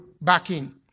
backing